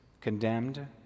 condemned